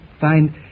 find